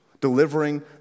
delivering